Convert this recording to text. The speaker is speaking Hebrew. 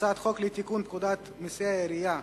הצעת חוק לתיקון פקודת מסי העירייה